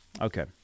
Okay